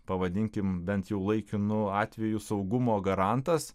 pavadinkime bent jau laikinu atveju saugumo garantas